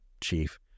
chief